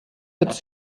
was